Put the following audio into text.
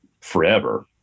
forever